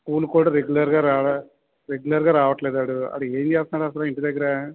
స్కూల్కి కూడా రెగ్యులర్గా రావా రెగ్యులర్గా రావడం లేదు వాడు వాడు ఏంచేస్తున్నాడు అసలు ఇంటి దగ్గర